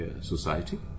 society